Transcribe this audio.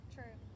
True